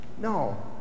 No